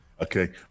Okay